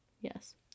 Yes